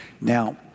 Now